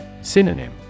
Synonym